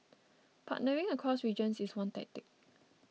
partnering across regions is one tactic